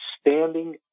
standing